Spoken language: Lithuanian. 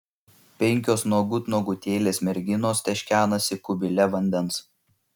penkios nuogut nuogutėlės merginos teškenasi kubile vandens